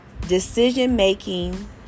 decision-making